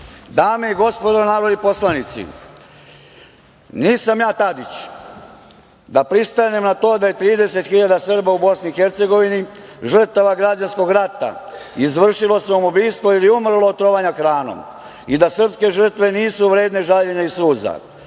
i gospodo narodni poslanici, nisam ja Tadić da pristanem na to da je 30.000 Srba u Bosni i Hercegovini žrtava građanskog rata izvršilo samoubistvo ili umrlo od trovanja hranom i da srpske žrtve nisu vredne žaljenja i suza.